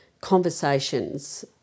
conversations